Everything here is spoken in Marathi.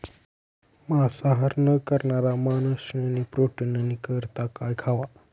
मांसाहार न करणारा माणशेस्नी प्रोटीननी करता काय खावा